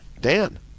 Dan